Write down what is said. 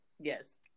yes